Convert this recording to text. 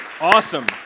Awesome